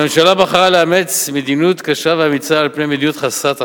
הממשלה בחרה לאמץ מדיניות קשה ואמיצה על פני מדיניות חסרת אחריות,